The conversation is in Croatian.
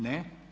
Ne.